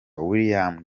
william